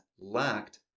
lacked